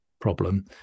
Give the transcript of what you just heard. problem